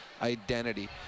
identity